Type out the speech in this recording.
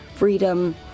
freedom